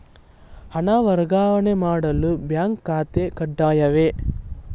ಹಣ ವರ್ಗಾವಣೆ ಮಾಡಲು ಬ್ಯಾಂಕ್ ಖಾತೆ ಕಡ್ಡಾಯವೇ?